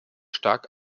stark